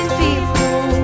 people